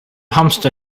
hamster